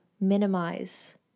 minimize